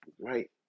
right